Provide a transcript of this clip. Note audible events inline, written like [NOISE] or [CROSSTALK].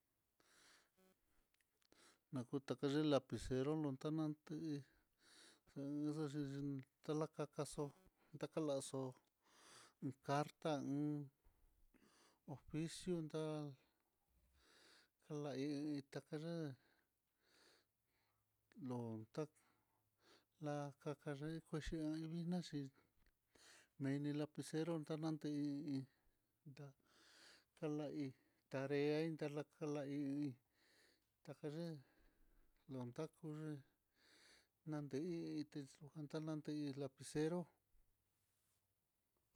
Nakuteyu lapicero lotananté, xon ona xhinxi talaka xaxu, talaxu carta u. [HESITATION] ichintal kula hí itá ye'e lontá la kakaye kuexhi laivi naxhi meini lapicero, tanantei nda kala hí tarea inter lakala hí tajaye'e lonta kuc [HESITATION] ndei hi hite juana lantei lapicero.